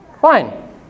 Fine